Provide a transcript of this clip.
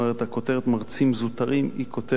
הכותרת "מרצים זוטרים" היא כותרת,